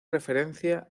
referencia